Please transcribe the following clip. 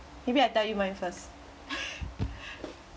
maybe I tell you mine first